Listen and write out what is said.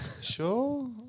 Sure